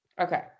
Okay